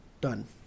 Done